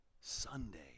Sunday